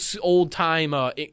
old-time